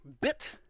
bit